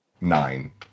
nine